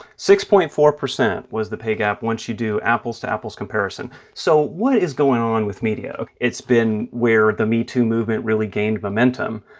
six-point-four percent was the pay gap once you do apples-to-apples comparison. so what is going on with media? it's been where the metoo movement really gained momentum.